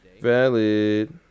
Valid